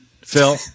Phil